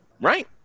Right